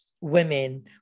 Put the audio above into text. women